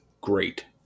great